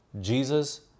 Jesus